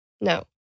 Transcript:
No